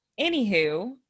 anywho